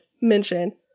mention